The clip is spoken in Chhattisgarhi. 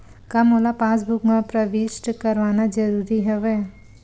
का मोला पासबुक म प्रविष्ट करवाना ज़रूरी हवय?